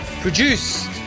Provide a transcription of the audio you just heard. Produced